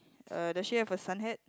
uh does she have a sun hat